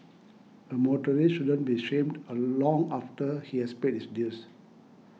a motorist shouldn't be shamed along after he has paid his dues